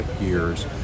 years